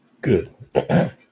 Good